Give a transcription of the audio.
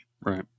right